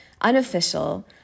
unofficial